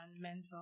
mental